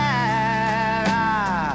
Sarah